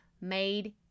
made